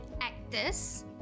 actors